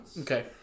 Okay